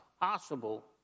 possible